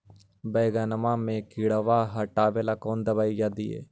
बैगनमा के किड़बा के हटाबे कौन दवाई दीए?